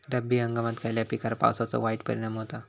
रब्बी हंगामात खयल्या पिकार पावसाचो वाईट परिणाम होता?